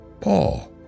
Paul